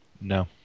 No